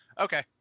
Okay